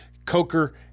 Coker